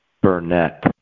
Burnett